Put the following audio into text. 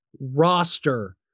roster